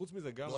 חוץ מזה -- לא,